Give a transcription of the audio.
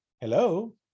Hello